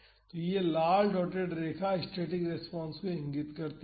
तो यह लाल डॉटेड रेखा स्टैटिक रेस्पॉन्स को इंगित करती है